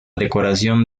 decoración